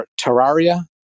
Terraria